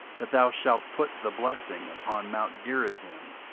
that thou shalt put the blessing upon mount gerizim,